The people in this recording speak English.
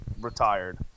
retired